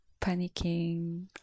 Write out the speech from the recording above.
panicking